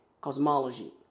cosmology